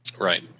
Right